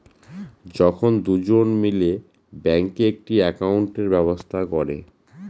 যখন দুজন মিলে ব্যাঙ্কে একটি একাউন্টের ব্যবস্থা করে